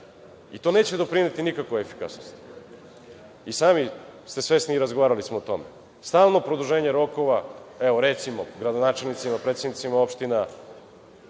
rok. To neće doprineti nikakvoj efikasnosti. I sami ste svesni i razgovarali smo o tome. Stalno produženje rokova, evo, recimo, gradonačelnicima, predsednicima opština,